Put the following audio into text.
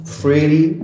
freely